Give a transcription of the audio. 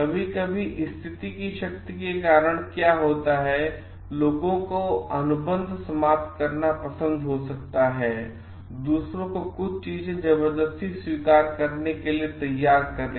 कभी कभी स्थिति की शक्ति के कारण क्या होता है लोगों का अनुबंध समाप्त करना पसंद हो सकता है और दूसरों को कुछ चीजें जबर्दस्ती स्वीकार करने के लिए तैयार करें